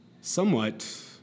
somewhat